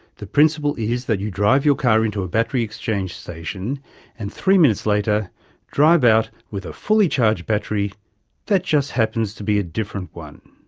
the principle is that you drive your car into a battery exchange station and three minutes later drive out with a fully charged battery that just happens to be a different one.